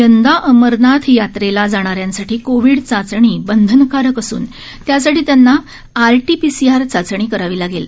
यंदा अमरनाथ यात्रेसाठी जाणाऱ्यांसाठी कोविड चाचणी बंधनकारक असून त्यासाठी त्यांना R T P C R चाचणी करावी लागेल